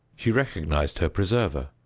she recognized her preserver.